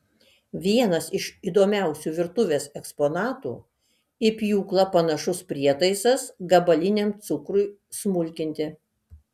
vienas iš įdomiausių virtuvės eksponatų į pjūklą panašus prietaisas gabaliniam cukrui smulkinti